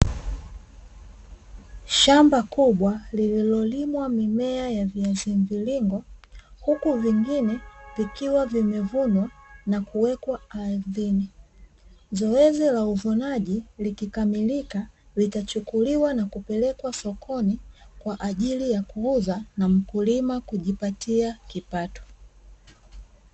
Shamba kubwa lililolimwa mimea ya viazi mviringo huku vingine vikiwa vimevunwa na kuwekwa ardhini, zoezi la uvunaji likikamilika vitachukuliwa na kupelekwa sokoni kwa ajili ya kuuzwa na mkulima kujipatia kipato.